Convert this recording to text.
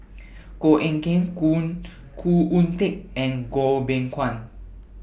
Koh Eng Kian Khoo Oon Teik and Goh Beng Kwan